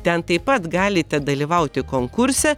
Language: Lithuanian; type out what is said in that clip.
ten taip pat galite dalyvauti konkurse